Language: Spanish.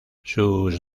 sus